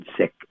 sick